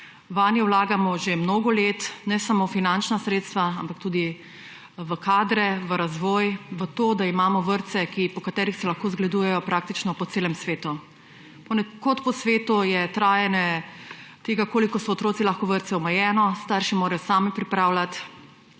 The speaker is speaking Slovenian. Vanje vlagamo že mnogo let, ne samo finančna sredstva, ampak tudi v kadre, v razvoj, v to, da imamo vrtce, po katerih se lahko zgledujejo po celem svetu. Ponekod po svetu je trajanje tega, koliko so otroci lahko v vrtcu, omejeno, starši morajo sami pripravljati